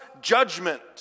judgment